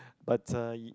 but uh